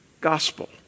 gospel